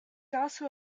also